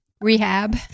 rehab